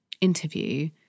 interview